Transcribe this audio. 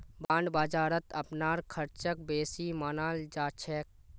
bond बाजारत अपनार ख़र्चक बेसी मनाल जा छेक